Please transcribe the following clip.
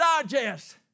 digest